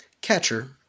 Catcher